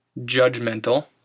judgmental